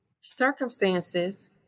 circumstances